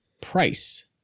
price